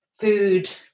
food